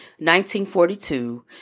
1942